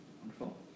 Wonderful